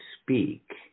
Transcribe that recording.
speak